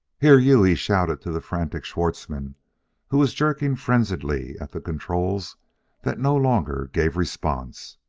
here, you! he shouted to the frantic schwartzmann who was jerking frenziedly at the controls that no longer gave response.